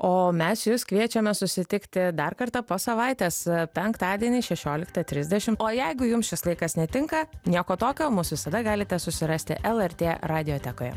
o mes jus kviečiame susitikti dar kartą po savaitės penktadienį šešioliktą trisdešim o jeigu jums šis laikas netinka nieko tokio mus visada galite susirasti lrt radiotekoje